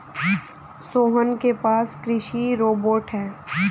सोहन के पास कृषि रोबोट है